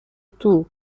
توکسی